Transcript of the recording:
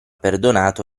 perdonato